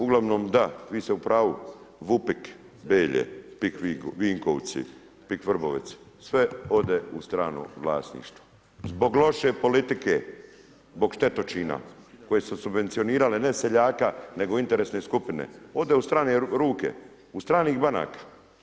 Uglavnom da, vi ste u pravu, VUPIK Belje, PIK Vinkovci, PIK Vrbovec sve ode u strano vlasništvo zbog loše politike, zbog štetočina koje su subvencionirale ne seljaka nego interesne skupine, ode u strane ruke, u stranih banaka.